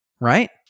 right